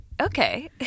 Okay